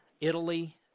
Italy